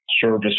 service